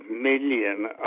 million